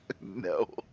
No